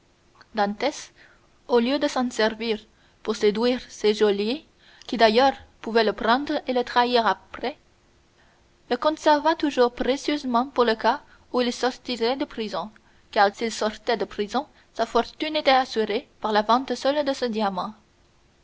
au lieu de s'en servir pour séduire ses geôliers qui d'ailleurs pouvaient le prendre et le trahir après le conserva toujours précieusement pour le cas où il sortirait de prison car s'il sortait de prison sa fortune était assurée par la vente seule de ce diamant